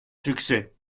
succès